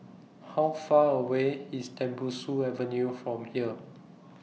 How Far away IS Tembusu Avenue from here